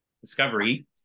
discovery